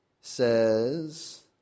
Says